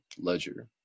ledger